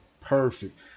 perfect